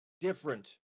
different